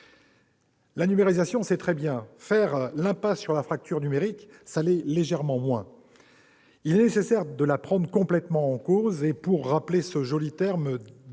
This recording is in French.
La numérisation, c'est très bien ; faire l'impasse sur la fracture numérique, ça l'est légèrement moins. S'il est nécessaire de prendre totalement en compte cette fracture et, pour rappeler ce joli terme